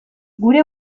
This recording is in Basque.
gure